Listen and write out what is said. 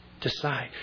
Decide